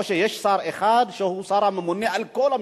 או שיש שר אחד שהוא שר הממונה על כל המשרדים.